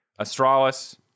Astralis